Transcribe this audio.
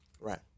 Right